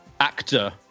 actor